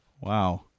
wow